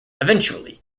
eventually